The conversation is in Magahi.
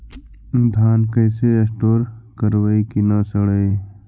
धान कैसे स्टोर करवई कि न सड़ै?